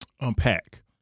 unpack